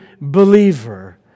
believer